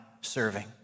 serving